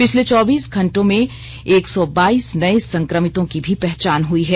पिछले चौबीस घंटे में एक सौ बाईस नए संक्रमितों की भी पहचान हुई है